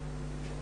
המשפחה.